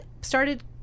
started